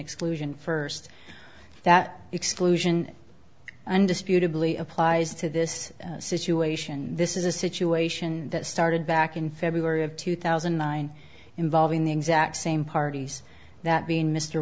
exclusion for sed that exclusion undisputedly applies to this situation this is a situation that started back in february of two thousand and nine involving the exact same parties that being mr